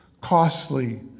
costly